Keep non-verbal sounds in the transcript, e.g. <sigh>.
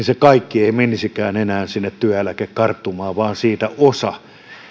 <unintelligible> se kaikki ei menisikään enää sinne työeläkekarttumaan vaan siitä osa